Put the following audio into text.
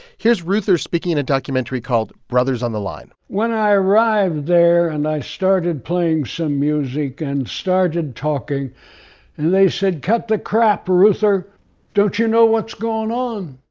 here's reuther speaking in a documentary called brothers on the line. when i arrived there and i started playing some music and started talking and they cut the crap, reuther. don't you know what's going on?